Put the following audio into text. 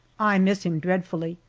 i miss him dreadfully,